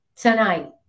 tonight